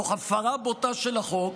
תוך הפרה בוטה של החוק,